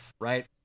right